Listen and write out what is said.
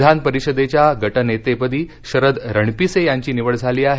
विधान परिषदेच्या गटनेतेपदी शरद रणपिसे यांची निवड झाली आहे